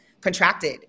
contracted